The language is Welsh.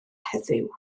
heddiw